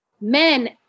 men